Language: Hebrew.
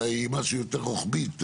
אלא למשהו יותר רוחבי.